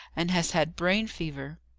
and has had brain fever.